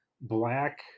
black